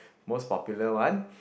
most popular one